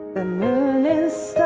the moon is